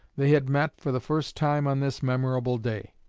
they had met for the first time on this memorable day.